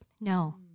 No